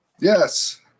yes